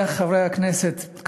חברי חברי הכנסת,